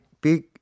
big